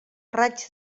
raig